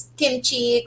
kimchi